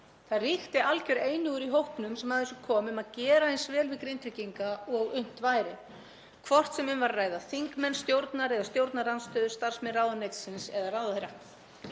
Það ríkti algjör einhugur í hópnum sem að þessu kom um að gera eins vel við Grindvíkinga og unnt væri, hvort sem um var að ræða þingmenn stjórnar eða stjórnarandstöðu, starfsmenn ráðuneytisins eða ráðherra.